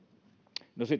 no sitten